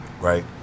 Right